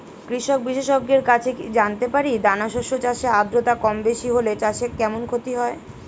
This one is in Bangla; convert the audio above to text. কৃষক বিশেষজ্ঞের কাছে কি জানতে পারি দানা শস্য চাষে আদ্রতা কমবেশি হলে চাষে কেমন ক্ষতি হয়?